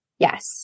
Yes